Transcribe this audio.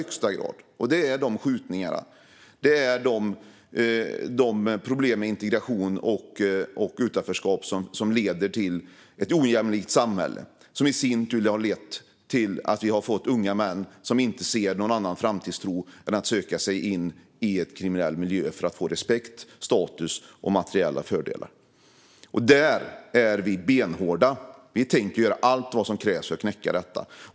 Det handlar om skjutningarna och de problem med integration och utanförskap som leder till ett ojämlikt samhälle, vilket i sin tur har lett till att vi har unga män som inte ser någon annan framtid än att söka sig in i en kriminell miljö för att få respekt, status och materiella fördelar. Där är vi benhårda. Vi tänker göra allt som krävs för att knäcka detta.